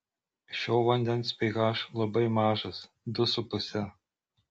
šio vandens ph labai mažas du su puse